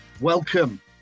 welcome